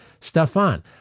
Stefan